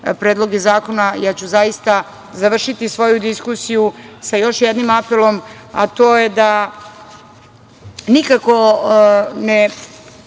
predloge zakona, ja ću zaista završiti svoju diskusiju sa još jednim apelom, a to je da nikako ne